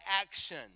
action